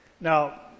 Now